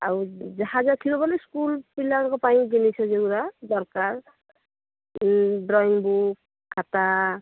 ଆଉ ଯାହା ଯାହା ଥିବ ବୋଲି ସ୍କୁଲ୍ ପିଲାଙ୍କ ପାଇଁ ଜିନିଷ ଯେଉଁଗୁରା ଦରକାର ଡ୍ରଇଙ୍ଗ୍ ବୁକ୍ ଖାତା